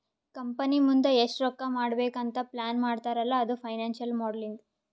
company ಮುಂದ್ ಎಷ್ಟ ರೊಕ್ಕಾ ಮಾಡ್ಬೇಕ್ ಅಂತ್ ಪ್ಲಾನ್ ಮಾಡ್ತಾರ್ ಅಲ್ಲಾ ಅದು ಫೈನಾನ್ಸಿಯಲ್ ಮೋಡಲಿಂಗ್